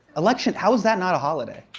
election how is that not a holiday?